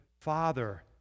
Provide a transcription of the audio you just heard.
father